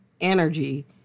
energy